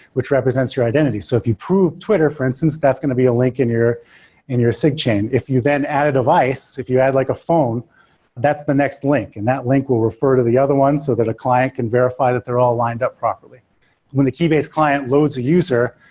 which represents your identity. so if you prove twitter for instance, that's going to be a link in your and your sigchain. if you then add a devise, if you add like a phone that's the next link and that link will refer to the other one, so that a client can verify that they're all lined up properly when the keybase client loads a user,